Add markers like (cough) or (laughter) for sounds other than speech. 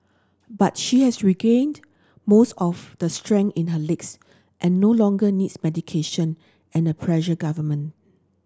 but she has regained most of the strength in her (unintelligible) and no longer needs medication and her pressure government